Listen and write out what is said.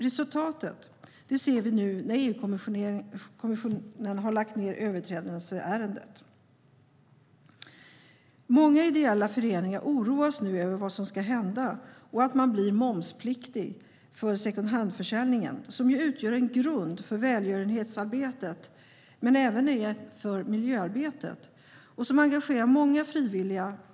Resultatet ser vi nu när EU-kommissionen har lagt ned överträdelseärendet. Många ideella föreningar oroas nu över vad som ska hända och om man blir momspliktig för second hand-försäljningen, som ju utgör en grund för välgörenhetsarbetet och för miljöarbetet och som engagerar många frivilliga.